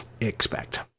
expect